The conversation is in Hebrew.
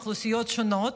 אוכלוסיות שונות,